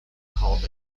called